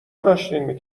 داشتین